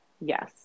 yes